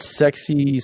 sexy